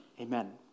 Amen